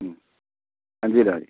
മ് അഞ്ച് കിലോ മതി